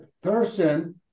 person